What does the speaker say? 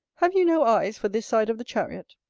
have you no eyes for this side of the chariot?